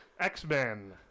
X-Men